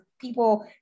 people